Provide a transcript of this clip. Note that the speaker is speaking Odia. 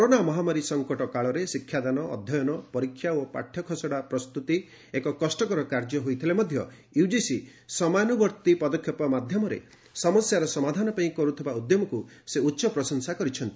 କରୋନା ମହାମାରୀ ସଂକଟ କାଳରେ ଶିକ୍ଷାଦାନ ଅଧ୍ୟୟନ ପରୀକ୍ଷା ଓ ପାଠ୍ୟ ଖସଡ଼ା ପ୍ରସ୍ତୁତି ଏକ କଷ୍ଟକର କାର୍ଯ୍ୟ ହୋଇଥିଲେ ମଧ୍ୟ ୟୁଜିସି ସମୟାନୁବର୍ତ୍ତି ପଦକ୍ଷେପ ମାଧ୍ୟମରେ ସମସ୍ୟାର ସମାଧାନ ପାଇଁ କରୁଥିବା ଉଦ୍ୟମକୁ ସେ ପ୍ରଶଂସା କରିଛନ୍ତି